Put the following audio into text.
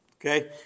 okay